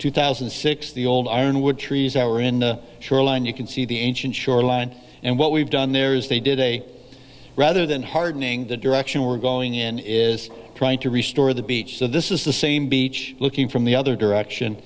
two thousand and six the old ironwood trees that were in the shoreline you can see the ancient shoreline and what we've done there is they did a rather than hardening the direction we're going in is trying to restore the beach so this is the same beach looking from the other direction